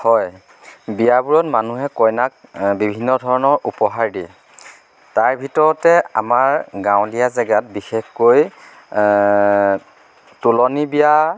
হয় বিয়াবোৰত মানুহে কইনাক বিভিন্ন ধৰণৰ উপহাৰ দিয়ে তাৰ ভিতৰতে আমাৰ গাঁৱলীয়া জেগাত বিশেষকৈ তোলনি বিয়া